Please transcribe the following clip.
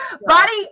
body